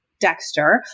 Dexter